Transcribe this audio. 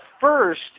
first